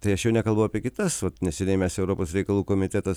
tai aš jau nekalbu apie kitas vat neseniai mes europos reikalų komitetas